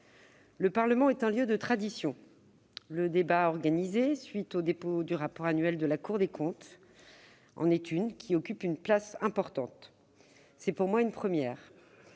le Parlement est un lieu de traditions, et le débat organisé à la suite du dépôt du rapport annuel de la Cour des comptes en est une, qui occupe une place importante. C'est pour moi une première.